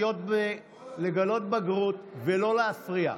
לגלות בגרות ולא להפריע.